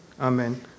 Amen